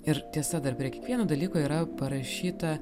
ir tiesa dar prie kiekvieno dalyko yra parašyta